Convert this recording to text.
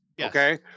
okay